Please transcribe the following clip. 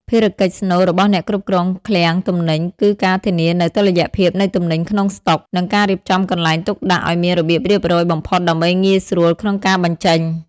ភារកិច្ចស្នូលរបស់អ្នកគ្រប់គ្រងឃ្លាំងទំនិញគឺការធានានូវតុល្យភាពនៃទំនិញក្នុងស្តុក និងការរៀបចំកន្លែងទុកដាក់ឱ្យមានរបៀបរៀបរយបំផុតដើម្បីងាយស្រួលក្នុងការបញ្ចេញ។